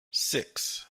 six